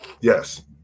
Yes